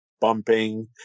bumping